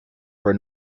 were